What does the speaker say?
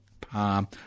palm